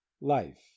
life